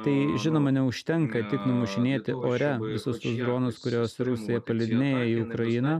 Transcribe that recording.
tai žinoma neužtenka tik numušinėti ore visus tuos dronus kuriuos rusija paleidinėja į ukrainą